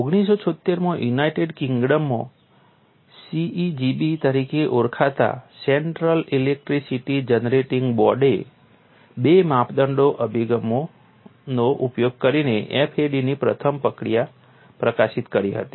1976 માં યુનાઇટેડ કિંગડમમાં CEGB તરીકે ઓળખાતા સેન્ટ્રલ ઇલેક્ટ્રિસિટી જનરેટિંગ બોર્ડે બે માપદંડ અભિગમનો ઉપયોગ કરીને FAD ની પ્રથમ પ્રક્રિયા પ્રકાશિત કરી હતી